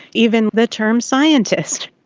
even the term scientist.